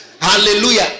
hallelujah